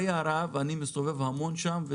אני מסתובב שם המון,